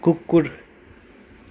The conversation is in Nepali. कुकुर